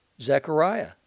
Zechariah